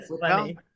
funny